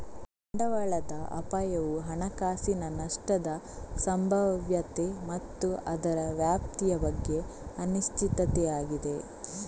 ಬಂಡವಾಳದ ಅಪಾಯವು ಹಣಕಾಸಿನ ನಷ್ಟದ ಸಂಭಾವ್ಯತೆ ಮತ್ತು ಅದರ ವ್ಯಾಪ್ತಿಯ ಬಗ್ಗೆ ಅನಿಶ್ಚಿತತೆಯಾಗಿದೆ